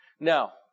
Now